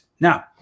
Now